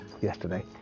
yesterday